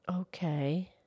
Okay